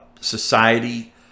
society